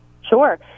Sure